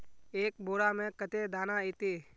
एक बोड़ा में कते दाना ऐते?